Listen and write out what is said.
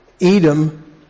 Edom